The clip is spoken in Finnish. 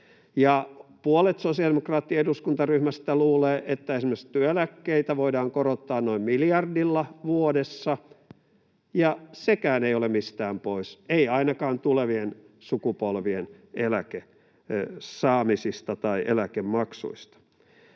puolet sosiaalidemokraattien eduskuntaryhmästä luulee, että esimerkiksi työeläkkeitä voidaan korottaa noin miljardilla vuodessa ja sekään ei ole mistään pois, ei ainakaan tulevien sukupolvien eläkesaamisista tai eläkemaksuista.